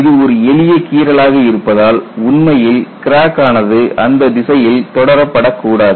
இது ஒரு எளிய கீறலாக இருப்பதால் உண்மையில் கிராக் ஆனது அந்த திசையில் தொடர படக்கூடாது